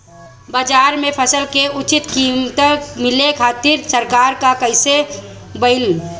बाजार में फसल के उचित कीमत मिले खातिर सरकार का कईले बाऽ?